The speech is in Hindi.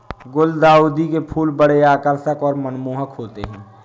गुलदाउदी के फूल बड़े आकर्षक और मनमोहक होते हैं